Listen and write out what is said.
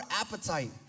appetite